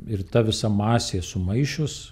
ir ta visa masė sumaišius